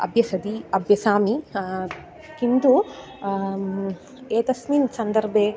अभ्यस्यति अभ्यसामि किन्तु एतस्मिन् सन्दर्भे